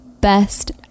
Best